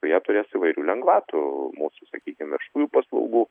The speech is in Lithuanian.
joje turės įvairių lengvatų mūsų sakykim viešųjų paslaugų